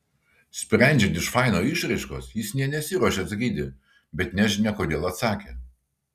sprendžiant iš faino išraiškos jis nė nesiruošė atsakyti bet nežinia kodėl atsakė